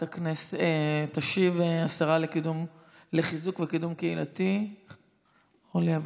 תשיב השרה לחיזוק וקידום קהילתי אורלי אבקסיס.